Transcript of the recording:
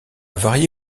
varié